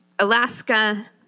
Alaska